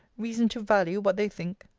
reason to value what they think?